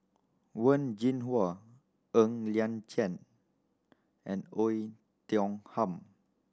Wen Jinhua Ng Liang Chiang and Oei Tiong Ham